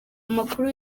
amakuru